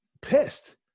pissed